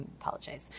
apologize